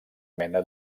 mena